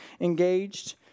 engaged